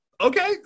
okay